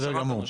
בסדר גמור.